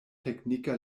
teknika